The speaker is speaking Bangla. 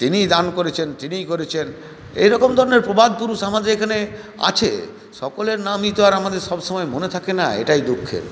তিনিই দান করেছেন তিনিই করেছেন এরকম ধরনের প্রবাদ পুরুষ আমাদের এখানে আছে সকলের নামই তো আর আমাদের সবসময় মনে থাকে না এটাই দুঃখের